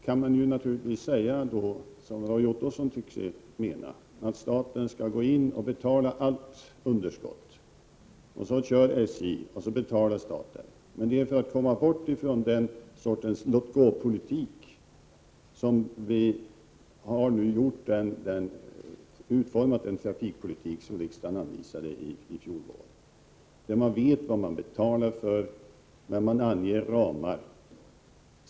Man kan naturligtvis då säga — det tycks Roy Ottosson mena — att staten skall gå in och betala allt underskott; SJ skall köra och staten skall betala. Men det var ju för att komma bort från den sortens låt-gå-politik som riksdagen i fjol vår utformade en ny trafikpolitik, där man anger ramar och där man vet vad man betalar för.